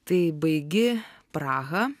tai baigi prahą